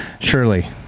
surely